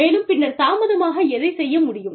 மேலும் பின்னர் தாமதமாக எதைச் செய்ய முடியும்